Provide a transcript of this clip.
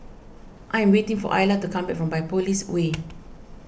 I am waiting for Illa to come back from Biopolis Way